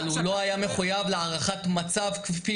אבל הוא לא היה מחויב להערכת מצב כפי